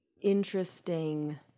interesting